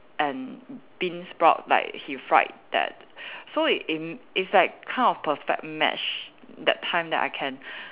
and bean sprout like he fried that so it in it's like kind of perfect match that time that I can